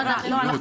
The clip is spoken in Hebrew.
לא, לא.